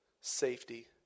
safety